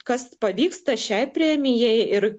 kas pavyksta šiai premijai ir